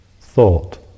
thought